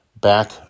back